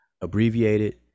abbreviated